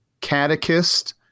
catechist